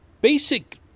basic